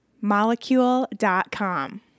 Molecule.com